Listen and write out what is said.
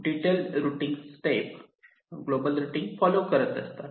detail routing step global routing follow करतात